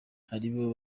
aribo